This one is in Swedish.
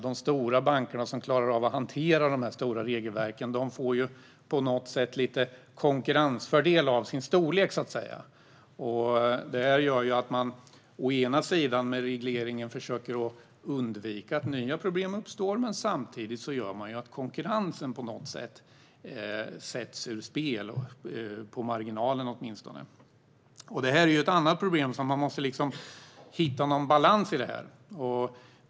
De stora banker som klarar av att hantera de stora regelverken får så att säga lite konkurrensfördel genom sin storlek. Å ena sidan försöker man med regleringen undvika att nya problem uppstår, å andra sidan gör man att konkurrensen på något sätt sätts ur spel, åtminstone på marginalen. Det här är ett problem. Man måste hitta någon balans i detta.